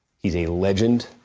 he's a legend.